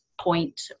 point